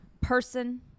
person